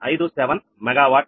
57 megawatt